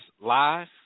live